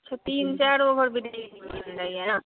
अच्छा तीन चार ओवर ब्रिज बन रहा है ना